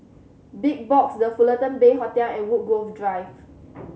Big Box The Fullerton Bay Hotel and Woodgrove Drive